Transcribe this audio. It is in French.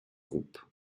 groupe